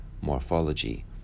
morphology